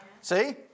See